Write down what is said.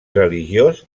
religiós